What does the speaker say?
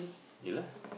ya lah